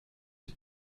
die